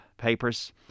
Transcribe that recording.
papers